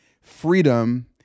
freedom